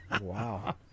Wow